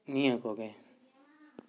ᱱᱤᱭᱟᱹ ᱠᱚᱜᱮ